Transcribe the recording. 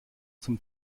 zum